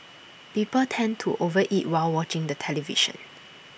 people tend to over eat while watching the television